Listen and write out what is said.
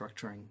structuring